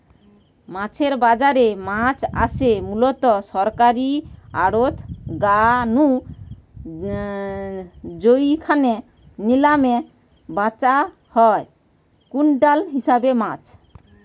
মাছের বাজারে মাছ আসে মুলত সরকারী আড়ত গা নু জউখানে নিলামে ব্যাচা হয় কুইন্টাল হিসাবে মাছ